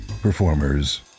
performers